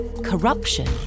corruption